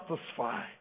satisfy